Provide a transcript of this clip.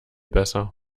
besser